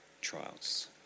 trials